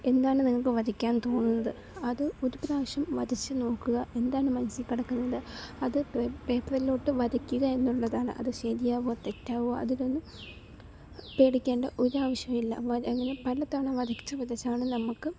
എന്താണ് നിങ്ങൾക്ക് വരയ്ക്കാൻ തോന്നുന്നത് അത് ഒരു പ്രാവശ്യം വരച്ചു നോക്കുക എന്താണ് മനസ്സിൽ കിടക്കുന്നത് അത് പേപ്പറിലോട്ട് വരയ്ക്കുക എന്നുള്ളതാണ് അത് ശരിയാവുമോ തെറ്റാവുമോ അതിലൊന്നും പേടിക്കേണ്ട ഒരു ആവശ്യമില്ല വരകൾ പല തവണ വരച്ച് വരച്ചാണ് നമ്മൾക്ക്